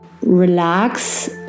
relax